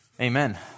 Amen